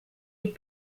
est